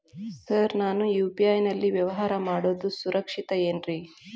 Sir ನಾನು UPI ನಲ್ಲಿ ವ್ಯವಹಾರ ಮಾಡೋದು ಸುರಕ್ಷಿತ ಏನ್ರಿ?